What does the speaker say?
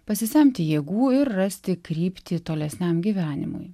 pasisemti jėgų ir rasti kryptį tolesniam gyvenimui